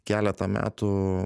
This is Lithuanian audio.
keletą metų